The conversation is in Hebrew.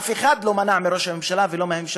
אף אחד לא מנע, ראש הממשלה ומהממשלה.